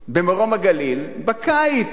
במרום-הגליל, בקיץ,